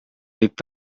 võib